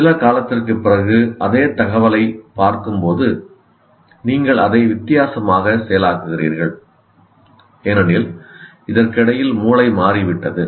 சில காலத்திற்குப் பிறகு அதே தகவலைப் பார்க்கும்போது நீங்கள் அதை வித்தியாசமாக செயலாக்குகிறீர்கள் ஏனெனில் இதற்கிடையில் மூளை மாறிவிட்டது